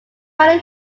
running